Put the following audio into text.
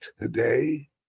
today